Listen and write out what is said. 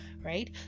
right